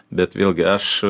bet vėlgi aš